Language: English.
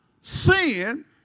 sin